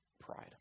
pride